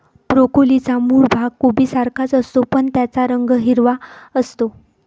ब्रोकोलीचा मूळ भाग कोबीसारखाच असतो, पण त्याचा रंग हिरवा असतो